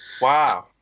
Wow